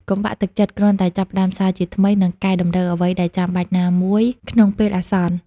កុំបាក់ទឹកចិត្ត! គ្រាន់តែចាប់ផ្តើមសារជាថ្មី និងកែតម្រូវអ្វីដែលចាំបាច់ណាមួយក្នុងពេលអាសន្ន។